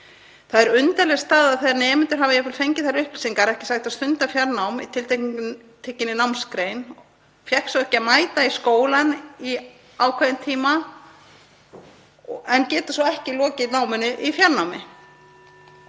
Það er undarleg staða þegar nemendur hafa jafnvel fengið þær upplýsingar að ekki sé hægt að stunda fjarnám í tiltekinni námsgrein, fá svo ekki að mæta í skólann í ákveðinn tíma en geta ekki lokið náminu í fjarnámi.